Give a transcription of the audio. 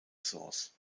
source